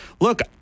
look